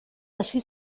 hasi